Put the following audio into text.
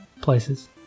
places